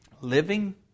living